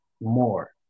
more